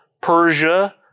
Persia